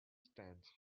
stands